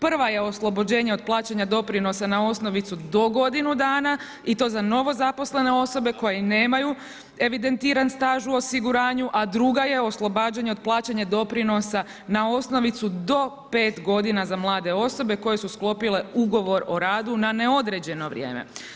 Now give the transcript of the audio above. Prva je oslobođenje od plaćanja doprinosa na osnovicu do godinu dana i to za novo zaposlene osobe koje nemaju evidentiran staž u osiguranju, a druga je oslobađanje od plaćanja doprinosa na osnovicu do 5 godina za mlade osobe koje su sklopile ugovor o radu na neodređeno vrijeme.